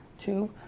Two